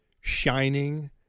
shining